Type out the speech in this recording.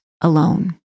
alone